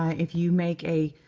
if you make a